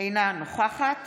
אינה נוכחת